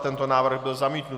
Tento návrh byl zamítnut.